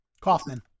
Kaufman